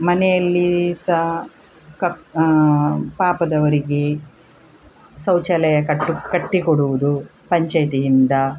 ಮನೆಯಲ್ಲಿ ಸಹ ಕಕ್ ಪಾಪದವರಿಗೆ ಶೌಚಾಲಯ ಕಟ್ಟು ಕಟ್ಟಿಕೊಡುವುದು ಪಂಚಾಯಿತಿಯಿಂದ